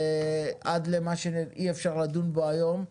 ועד למה שאי אפשר לדון בו היום.